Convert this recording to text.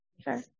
Sure